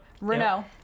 Renault